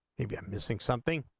you get missing something,